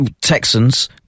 Texans